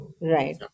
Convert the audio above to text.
Right